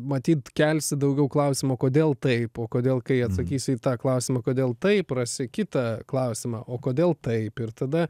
matyt kelsi daugiau klausimų kodėl taip o kodėl kai atsakysi į tą klausimą kodėl taip rasi kitą klausimą o kodėl taip ir tada